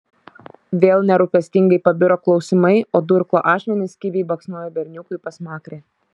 vėl nerūpestingai pabiro klausimai o durklo ašmenys kibiai baksnojo berniukui į pasmakrę